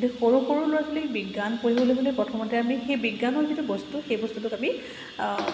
গতিকে সৰু সৰু ল'ৰা ছোৱালীক বিজ্ঞান পঢ়িবলৈ হ'লে প্ৰথমতে আমি সেই বিজ্ঞানৰ যিটো বস্তু সেই বস্তুটোক আমি